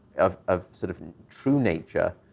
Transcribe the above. of of sort of true nature,